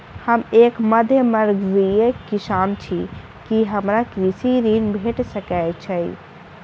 हम एक मध्यमवर्गीय किसान छी, की हमरा कृषि ऋण भेट सकय छई?